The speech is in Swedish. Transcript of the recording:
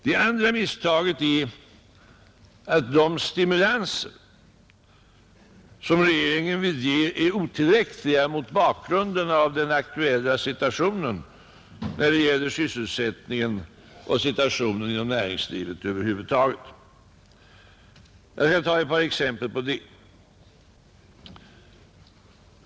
Det andra misstaget är att de stimulanser som regeringen vill ge är otillräckliga mot bakgrund av det aktuella läget när det gäller sysselsättningen och situationen inom näringslivet över huvud taget. Jag skall ta ett par exempel på det.